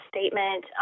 statement